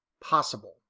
possible